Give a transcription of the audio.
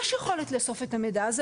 יש יכולת לאסוף את המידע הזה,